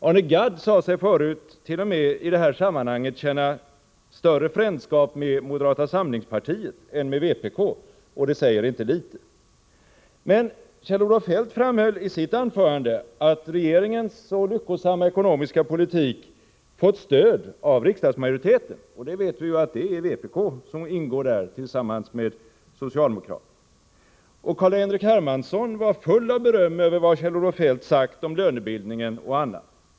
Arne Gadd sade sig förut t.o.m. i det här sammanhanget känna större frändskap med moderata samlingspartiet än med vpk, och det säger inte litet. Men Kjell-Olof Feldt framhöll i sitt anförande att regeringens så lyckosamma ekonomiska politik fått stöd av riksdagsmajoriteten — och vi vet ju att det är vpk som ingår där tillsammans med socialdemokraterna. Och Carl-Henrik Hermansson var full av beröm över vad Kjell-Olof Feldt sagt om lönebildningen och annat.